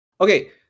Okay